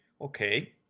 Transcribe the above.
okay